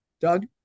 Doug